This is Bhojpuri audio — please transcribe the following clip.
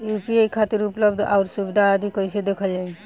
यू.पी.आई खातिर उपलब्ध आउर सुविधा आदि कइसे देखल जाइ?